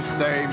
say